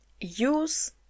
use